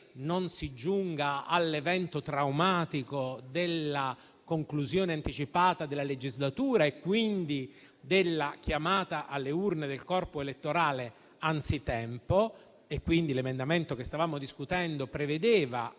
non si giunga all'evento traumatico della conclusione anticipata della legislatura e, di conseguenza, della chiamata alle urne del corpo elettorale anzitempo. L'emendamento che stavamo discutendo prevedeva